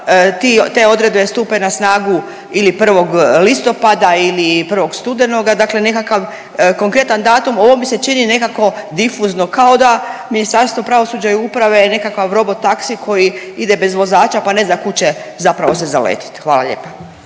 te odredbe stupe na snagu ili 1. listopada ili 1. studenoga. Dakle, nekakav konkretan datum. Ovo mi se čini nekako difuzno kao da Ministarstvo pravosuđa i uprave je nekakav robot taksi koji ide bez vozača pa ne zna kud će zapravo se zaletiti. Hvala lijepa.